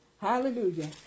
Hallelujah